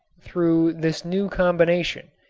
through this new combination,